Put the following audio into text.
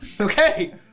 Okay